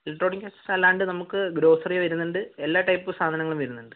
electronics അല്ലാണ്ട് നമുക്ക് grocery വരുന്നുണ്ട് എല്ലാ ടൈപ്പ് സാധനങ്ങളും വരുന്നുണ്ട്